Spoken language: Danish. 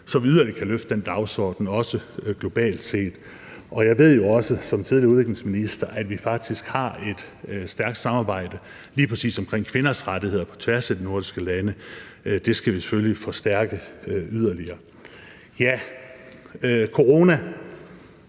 som yderligere kan løfte den dagsorden, også globalt set. Og jeg ved jo også som tidligere udviklingsminister, at vi har et stærkt samarbejde lige præcis omkring kvinders rettigheder; det skal vi selvfølgelig forstærke yderligere. Corona